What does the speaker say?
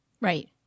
Right